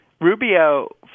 Rubio